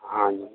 हाँ जी